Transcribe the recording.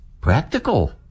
practical